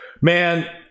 man